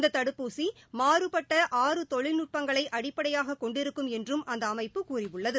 இந்த தடுப்பூசி மாறுபட்ட ஆறு தொழில்நுட்பங்களை அடிப்படையாகக் கொண்டிருக்கும் என்றும் அந்த அமைப்பு கூறியுள்ளது